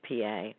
PA